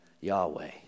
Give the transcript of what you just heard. Yahweh